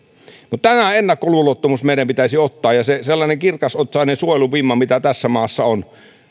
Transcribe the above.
tämä ennakkoluulottomuus meidän pitäisi ottaa sellainen kirkasotsainen suojeluvimma mitä tässä maassa on